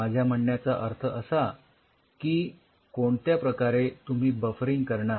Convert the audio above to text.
माझ्या म्हणण्याचा अर्थ असा की कोणत्या प्रकारे तुम्ही बफरिंग करणार